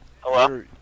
Hello